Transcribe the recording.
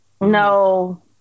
No